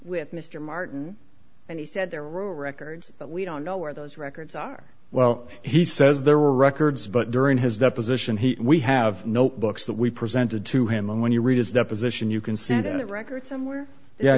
with mr martin and he said there were records but we don't know where those records are well he says there were records but during his deposition he we have no books that we presented to him and when you read his deposition you can see that it records somewhere yeah